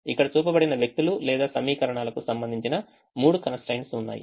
ఇక్కడ చూపబడిన వ్యక్తులు లేదా సమీకరణాలకు సంబంధించిన మూడు constraints ఉన్నాయి